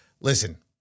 Listen